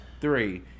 three